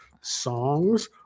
songs